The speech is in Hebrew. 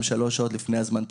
שלוש שעות לפני הזמן,